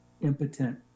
impotent